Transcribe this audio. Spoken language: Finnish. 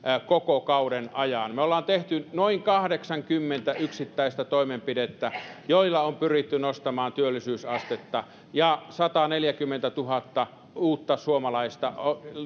koko kauden ajan me olemme tehneet noin kahdeksankymmentä yksittäistä toimenpidettä joilla on pyritty nostamaan työllisyysastetta ja sataneljäkymmentätuhatta uutta suomalaista